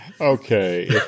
Okay